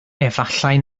efallai